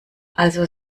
also